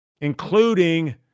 including